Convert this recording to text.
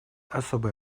особое